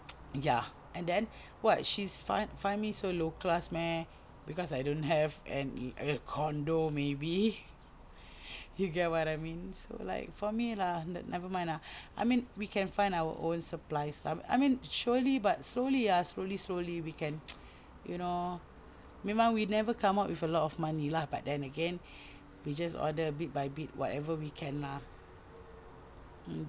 ya and then what she's find find me so low class meh cause I don't have any I got a condo maybe you get what I mean like for me lah never mind lah I mean we can find our own supplies I mean surely but slowly ya slowly slowly we can you know memang we never come out with a lot of money lah but then again we just order a bit by bit whatever we can lah mm